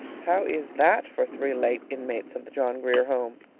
how is that for three late inmates of the john grier home?